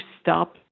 stop